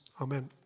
Amen